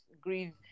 grieve